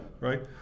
Right